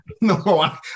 No